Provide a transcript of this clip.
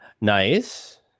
Nice